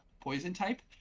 Poison-type